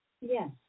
Yes